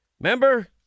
Remember